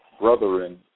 brothering